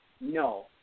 No